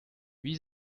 wie